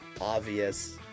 obvious